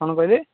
କ'ଣ କହିବେ